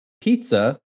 pizza